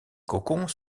cocons